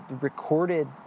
recorded